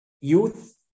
youth